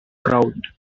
crowd